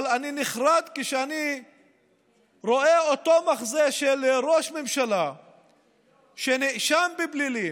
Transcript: אבל אני נחרד כשאני רואה מחזה שבו ראש ממשלה שנאשם בפלילים,